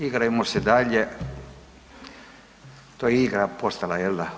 Igrajmo se dalje, to je igra postala jel da.